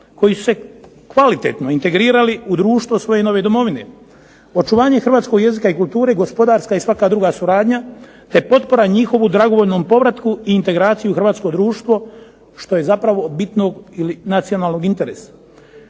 koji su se kvalitetno integrirali u društvo svoje nove domovine. Očuvanje hrvatskog jezika i kulture i gospodarska i svaka druga suradnja te potpora njihovom dragovoljnom povratku i integraciji u hrvatsko društvo što je zapravo bitno ili od nacionalnog interesa.